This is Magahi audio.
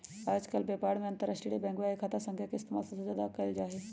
आजकल व्यापार में अंतर्राष्ट्रीय बैंकवा के खाता संख्या के इस्तेमाल सबसे ज्यादा कइल जाहई